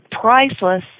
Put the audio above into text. priceless